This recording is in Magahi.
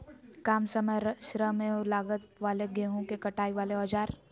काम समय श्रम एवं लागत वाले गेहूं के कटाई वाले औजार?